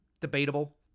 Debatable